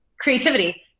creativity